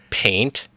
paint